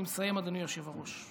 אני מסיים, אדוני היושב בראש.